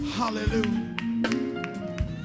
Hallelujah